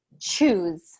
choose